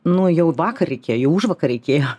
nu jau vakar reikėjo jau užvakar reikėjo